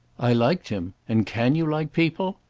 i liked him, and can you like people?